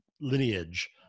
lineage